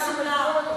השתלחות היא פסולה,